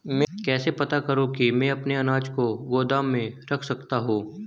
मैं कैसे पता करूँ कि मैं अपने अनाज को गोदाम में रख सकता हूँ?